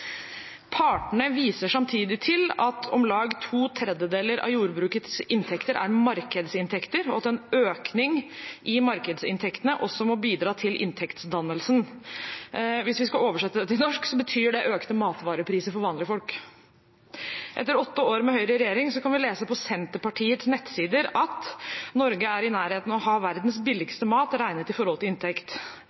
viser samtidig til at om lag 2/3 av jordbrukets inntekter er markedsinntekter og at økning i markedsinntektene også må bidra til inntektsdannelsen.» Hvis vi skal oversette det til norsk, betyr det økte matvarepriser for vanlige folk. Etter åtte år med Høyre i regjering kan vi lese på Senterpartiets nettsider at Norge er i nærheten av å ha verdens billigste mat regnet i forhold til inntekt.